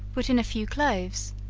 put in a few cloves,